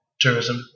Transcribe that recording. tourism